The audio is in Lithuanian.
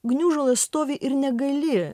gniužulas stovi ir negali